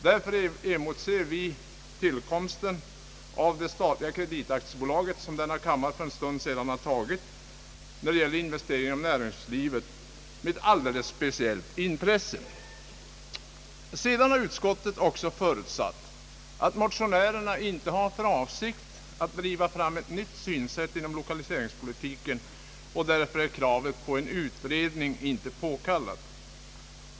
Därför emotser vi tillkomsten av ett statligt kreditaktiebolag för finansiering av investeringar inom näringslivet med ett alldeles speciellt intresse. Sedan har utskottet förutsatt att motionärerna inte har för avsikt att driva fram ett nytt synsätt inom lokaliseringspolitiken, och därför är kravet på en utredning inte påkallat.